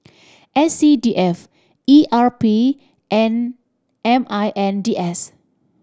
S C D F E R P and M I N D S